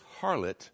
harlot